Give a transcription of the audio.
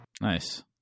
Nice